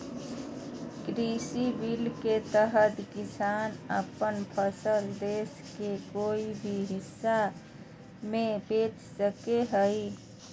कृषि बिल के तहत किसान अपन फसल देश के कोय भी हिस्सा में बेच सका हइ